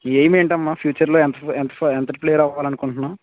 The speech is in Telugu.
ఎయిమ్ ఏంటి అమ్మా ఫ్యూచర్లో ఎంత ఎంత ఎంతటి ప్లేయర్ అవ్వాలి అనుకుంటున్నావు